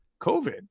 COVID